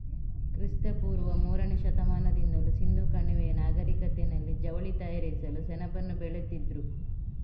ಕ್ರಿಸ್ತ ಪೂರ್ವ ಮೂರನೇ ಶತಮಾನದಿಂದಲೂ ಸಿಂಧೂ ಕಣಿವೆಯ ನಾಗರಿಕತೆನಲ್ಲಿ ಜವಳಿ ತಯಾರಿಸಲು ಸೆಣಬನ್ನ ಬೆಳೀತಿದ್ರು